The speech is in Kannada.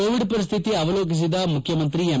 ಕೋವಿಡ್ ಪರಿಸ್ಥಿತಿ ಅವಲೋಕಿಸಿದ ಮುಖ್ಣಮಂತ್ರಿ ಎಂ